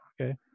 Okay